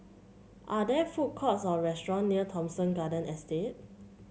are there food courts or restaurant near Thomson Garden Estate